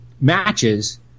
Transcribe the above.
matches